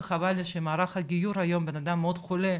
וחבל לי שבמערך הדיון היום בן אדם מאוד חולה,